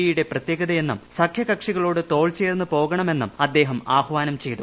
A യുടെ പ്രത്യേകതയെന്നും സഖ്യകക്ഷികളോട് തോൾ ചേർന്ന് പോകണമെന്നും അദ്ദേഹം ആഹാനം ചെയ്തു